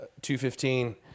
215